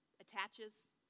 attaches